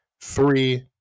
three